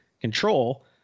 control